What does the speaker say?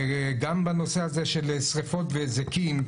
וגם בנושא הזה של שריפות והיזקים,